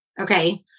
Okay